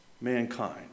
mankind